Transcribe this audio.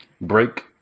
break